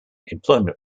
employment